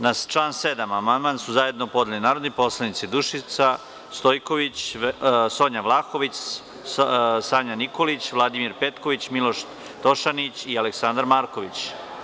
Na član 7. amandman su zajedno podneli narodni poslanici Dušica Stojković, Sonja Vlahović, Sanja Nikolić, Vladimir Petković, Miloš Tošanić i Aleksandar Marković.